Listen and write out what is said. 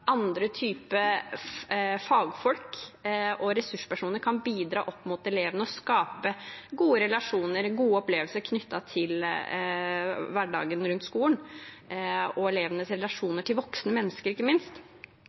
andre typer fagfolk og ressurspersoner kan bidra opp mot elevene og skape gode relasjoner, gode opplevelser, knyttet til hverdagen rundt skolen, ikke minst det som gjelder elevenes